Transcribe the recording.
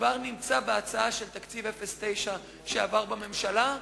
כבר נמצא בהצעה של תקציב 2009 שעבר בממשלה,